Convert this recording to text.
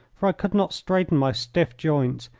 for i could not straighten my stiff joints,